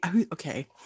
Okay